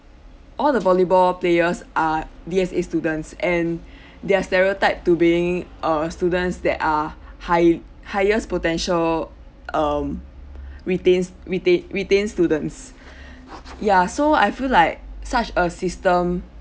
all the volleyball players are D_S_A students and they're stereotype to being uh students that are high highest potential um retains retain retains students ya so I feel like such a system